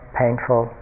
painful